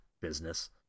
business